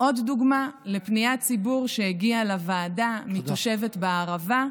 זו עוד דוגמה לפניית ציבור שהגיעה לוועדה מתושבת בערבה,